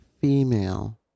female